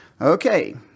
Okay